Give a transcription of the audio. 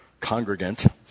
congregant